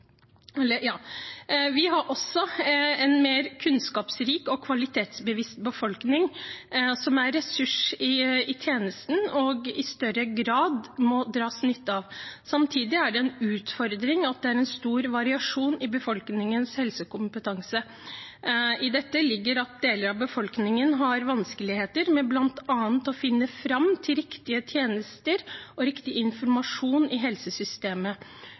Vi har også en mer kunnskapsrik og kvalitetsbevisst befolkning, som er en ressurs i tjenesten, og i større grad må dras nytte av. Samtidig er det en utfordring at det er stor variasjon i befolkningens helsekompetanse. I dette ligger at deler av befolkningen har vanskeligheter med bl.a. å finne fram til riktige tjenester og riktig informasjon i helsesystemet.